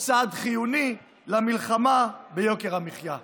הוא צעד חיוני למלחמה ביוקר המחיה.